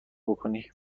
بکنی